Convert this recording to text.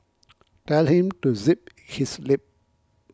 tell him to zip his lip